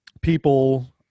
people